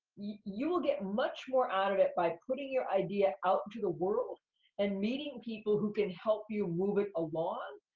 you will get much more out of it by putting your idea out to the world and meeting people who can help you move it along,